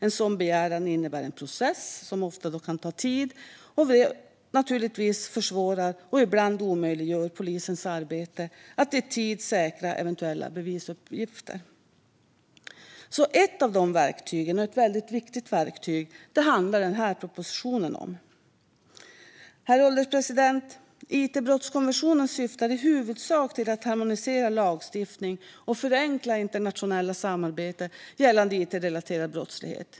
En sådan begäran innebär en process som ofta tar tid, vilket naturligtvis försvårar och ibland omöjliggör polisens arbete att i tid säkra eventuella bevisuppgifter Ett av dessa verktyg - ett väldigt viktigt verktyg - handlar denna proposition om. Herr ålderspresident! It-brottskonventionen syftar i huvudsak till att harmonisera lagstiftning och förenkla internationellt samarbete om it-relaterad brottslighet.